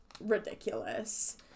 ridiculous